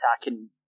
attacking